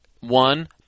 one –